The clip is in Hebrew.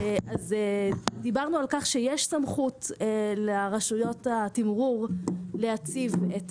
דיברנו על כך שיש סמכות לרשויות התמרור להציב את